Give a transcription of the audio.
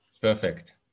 Perfect